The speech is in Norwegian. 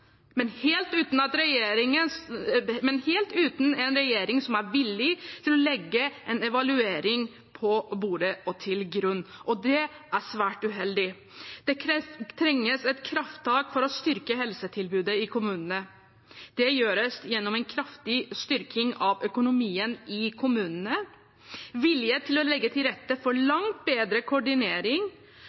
men helt uten en regjering som er villig til å legge en evaluering på bordet og til grunn, og det er svært uheldig. Det trengs et krafttak for å styrke helsetilbudet i kommunene. Det gjøres gjennom en kraftig styrking av økonomien i kommunene, vilje til å legge til rette for langt bedre koordinering